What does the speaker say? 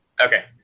Okay